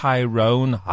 Tyrone